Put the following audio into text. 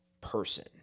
person